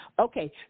Okay